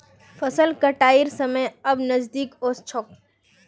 फसल कटाइर समय अब नजदीक ओस छोक